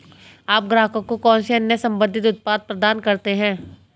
आप ग्राहकों को कौन से अन्य संबंधित उत्पाद प्रदान करते हैं?